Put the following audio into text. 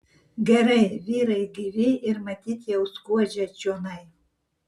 gerai vyrai gyvi ir matyt jau skuodžia čionai